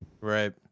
Right